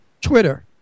Twitter